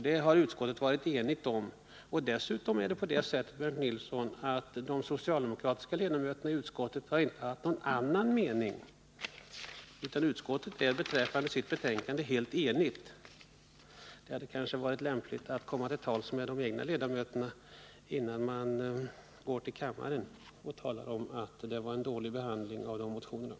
Det har utskottet varit enigt om. De socialdemokratiska ledamöterna i utskottet har alltså inte haft någon annan mening. Det hade kanske varit lämpligt att Bernt Nilsson hade försökt komma till tals med sina partivänner innan han här i kammaren talade om att motionerna har behandlats dåligt.